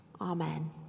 Amen